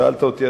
שאלת אותי,